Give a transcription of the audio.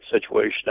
situation